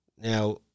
Now